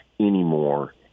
anymore